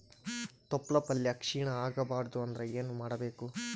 ತೊಪ್ಲಪಲ್ಯ ಕ್ಷೀಣ ಆಗಬಾರದು ಅಂದ್ರ ಏನ ಮಾಡಬೇಕು?